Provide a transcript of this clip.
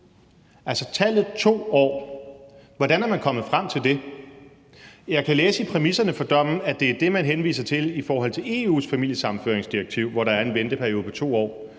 altså 2 år. Hvordan er man kommet frem til det? Jeg kan læse i præmisserne for dommen, at det er det, man henviser til i forhold til EU's familiesammenføringsdirektiv, hvor der er en venteperiode på 2 år,